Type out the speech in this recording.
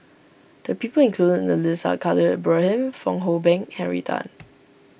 the people included in the list are Khalil Ibrahim Fong Hoe Beng Henry Tan